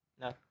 No